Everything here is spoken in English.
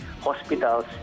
hospitals